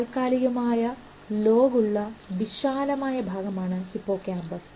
താൽക്കാലികമായ ലോഗ് ഉള്ള വിശാലമായ ഭാഗമാണ് ഹിപ്പോകാമ്പസ്